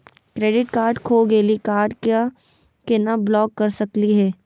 Credit card खो गैली, card क केना ब्लॉक कर सकली हे?